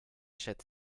schätzt